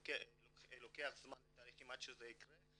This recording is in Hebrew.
לוקח זמן לתהליכים עד שזה יקרה,